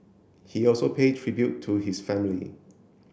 he also paid tribute to his family